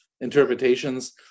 interpretations